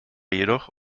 jedoch